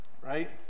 right